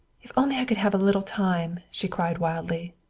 if only i could have a little time, she cried wildly.